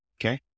okay